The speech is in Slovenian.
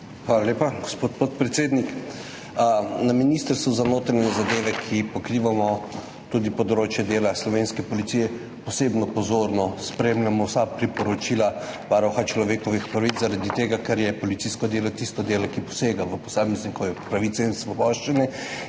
Hvala lepa, gospod podpredsednik. Na Ministrstvu za notranje zadeve, kjer pokrivamo tudi področje dela slovenske policije, posebno pozorno spremljamo vsa priporočila Varuha človekovih pravic, zaradi tega ker je policijsko delo tisto delo, ki posega v posameznikove pravice in svoboščine.